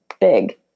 big